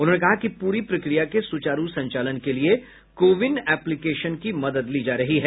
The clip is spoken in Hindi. उन्होंने कहा कि पूरी प्रक्रिया के सुचारू संचालन के लिए को विन एप्लीकेशन की मदद ली जा रही है